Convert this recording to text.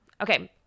Okay